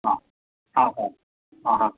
हा हा हा हा हा हा